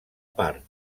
part